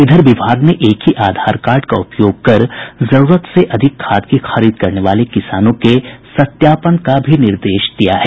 इधर विभाग ने एक ही आधार कार्ड का उपयोग कर जरूरत से अधिक खाद की खरीद करने वाले किसानों के सत्यापन का निर्देश दिया है